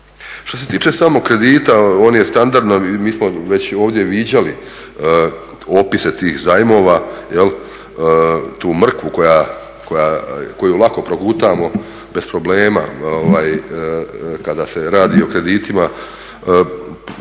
Što se tiče samog kredita on je standardno, mi smo već ovdje viđali opise tih zajmova, tu mrkvu koju lako progutamo bez problema kada se radi o kreditima,